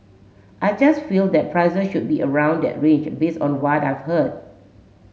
I just feel that prices should be around that range based on what I've heard